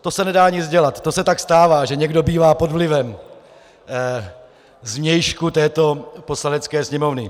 To se nedá nic dělat, to se tak stává, že někdo bývá pod vlivem zvnějšku této Poslanecké sněmovny.